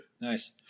nice